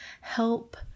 help